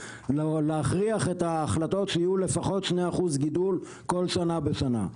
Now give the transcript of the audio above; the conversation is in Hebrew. להכריח את ההחלטות שיהיו לפחות 2% גידול כל שנה בשנה.